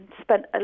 spent